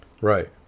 Right